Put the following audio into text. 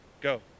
Go